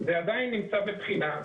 זה עדיין נמצא בבחינה.